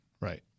right